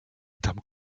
tam